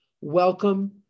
Welcome